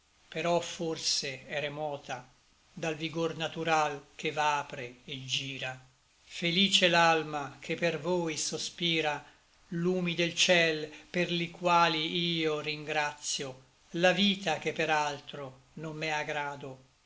però forse è remota dal vigor natural che v'apre et gira felice l'alma che per voi sospira lumi del ciel per li quali io ringratio la vita che per altro non m'è a grado